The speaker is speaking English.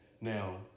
Now